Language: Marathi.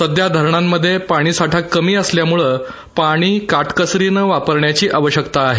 सध्या धरणांमध्ये पाणीसाठा कमी असल्यामुळं पाणी काटकसरीने वापरण्याची आवश्यकता आहे